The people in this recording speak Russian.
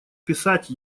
писать